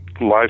life